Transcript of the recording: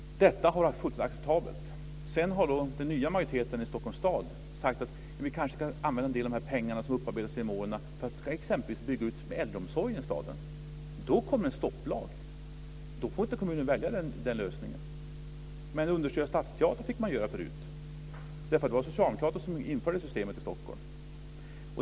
Detta har ansetts fullständigt acceptabelt. Sedan har den nya majoriteten i Stockholms stad sagt att man kanske kan använda en del av de pengar som har upparbetats genom åren för att exempelvis bygga ut äldreomsorgen i staden. Då kommer en stopplag! Då får inte kommunen välja den lösningen! Men man fick understödja Stadsteatern tidigare, därför att det var socialdemokrater som införde systemet i Stockholm.